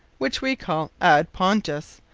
which we call ad pondus,